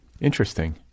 Interesting